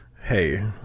Hey